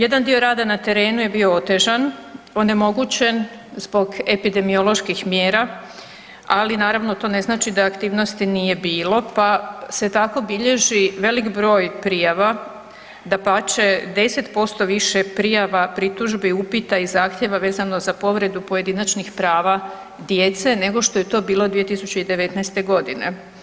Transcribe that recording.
Jedan dio rada na terenu je bio otežan, onemogućen zbog epidemioloških mjera, ali naravno to ne znači da aktivnosti nije bilo pa se tako bilježi velik broj prijava dapače 10% više prijava, pritužbi, upita i zahtjeva vezano za povredu pojedinačnih prava djece, nego što je to bilo 2019. godine.